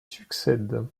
succède